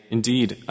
Indeed